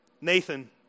Nathan